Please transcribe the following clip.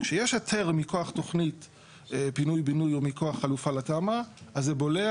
כשיש היתר מכוח תוכנית פינוי-בינוי או מכוח חלופה לתמ"א אז זה בולע,